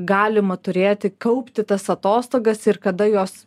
galima turėti kaupti tas atostogas ir kada jos